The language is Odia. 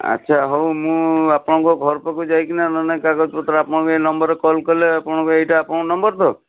ଆଚ୍ଛା ହଉ ମୁଁ ଆପଣଙ୍କୁ ଘର ପାଖକୁ ଯାଇକିନା ନହେଲେ ନାହିଁ କାଗଜପତ୍ର ଆପଣଙ୍କୁ ଏଇ ନମ୍ବର୍ରେ କଲ୍ କଲେ ଏଇଟା ଆପଣଙ୍କ ନମ୍ବର୍ ତ